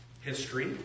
history